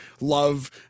love